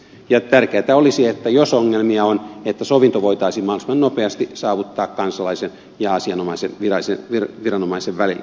ja tärkeätä olisi että jos ongelmia on sovinto voitaisiin mahdollisimman nopeasti saavuttaa kansalaisen ja asianomaisen viranomaisen välillä